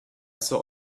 saw